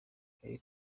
akon